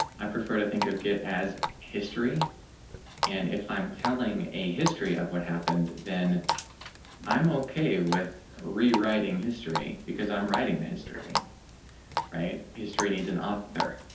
i prefer to think of it as history and if i'm telling a history of what happened then i'm okay with rewriting history because i'm writing a history right history needs an author.